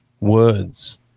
words